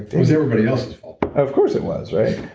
it was everybody else's fault of course, it was, right?